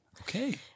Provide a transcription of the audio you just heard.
Okay